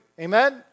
Amen